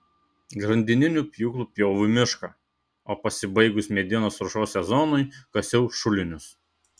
grandininiu pjūklu pjoviau mišką o pasibaigus medienos ruošos sezonui kasiau šulinius